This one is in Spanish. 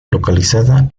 localizada